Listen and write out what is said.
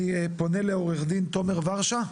אני פונה לעורך דין תומר ורשב.